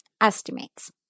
estimates